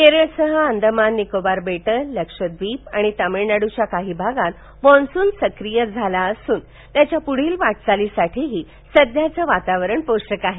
केरळ सह अंदमान निकोबार बेटंलक्षद्वीप आणि तमिळनाडूच्या काही भागात मान्सून सक्रीय झाला असून त्याच्या पुढील वाटचालीसाठीही सध्याचं वातावरण पोषक आहे